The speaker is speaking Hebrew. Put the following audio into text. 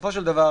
בסופו של דבר,